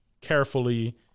carefully